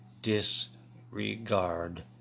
disregard